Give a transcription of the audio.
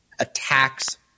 attacks